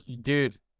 dude